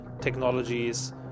technologies